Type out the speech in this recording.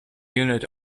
unit